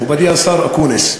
מכובדי השר אקוניס,